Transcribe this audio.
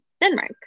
Denmark